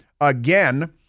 Again